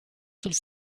sul